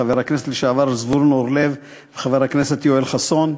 חבר הכנסת לשעבר זבולון אורלב וחבר הכנסת יואל חסון.